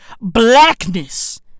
blackness